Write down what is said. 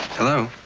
hello?